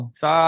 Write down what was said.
sa